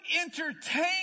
entertain